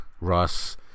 Ross